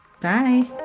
Bye